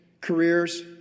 careers